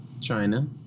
China